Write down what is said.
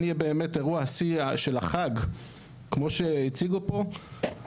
יהיה באמת אירוע השיא של החג כמו שהציגו פה,